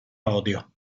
odio